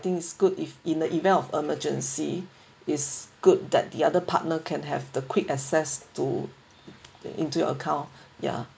think it's good if in the event of emergency is good that the other partner can have the quick access to into your account ya